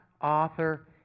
author